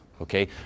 okay